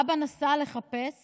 האבא נסע לחפש